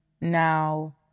now